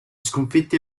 sconfitti